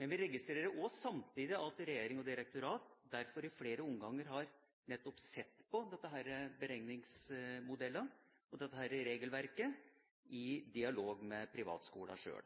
men registrerer samtidig at regjering og direktorat derfor i flere omganger nettopp har sett på